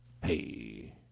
Hey